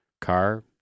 car